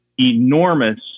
enormous